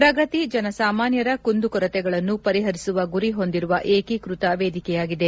ಪ್ರಗತಿ ಜನ ಸಾಮಾನ್ಲರ ಕುಂದು ಕೊರತೆಗಳನ್ನು ಪರಿಪರಿಸುವ ಗುರಿ ಹೊಂದಿರುವ ಏಕೀಕೃತ ವೇದಿಕೆಯಾಗಿದೆ